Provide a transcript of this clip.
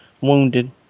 wounded